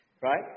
Right